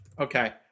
Okay